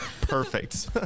perfect